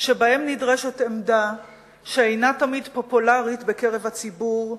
שבהם נדרשת עמדה שאינה תמיד פופולרית בקרב הציבור,